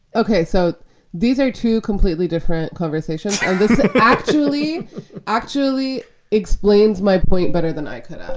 ok, so these are two completely different conversations and this actually actually explains my point better than i could,